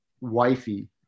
wifey